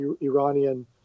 Iranian